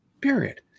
period